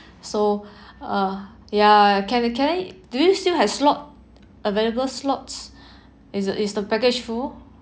so uh ya can can I do you still have slot available slots is the is the package full